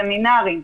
סמינרים,